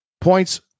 points